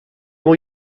will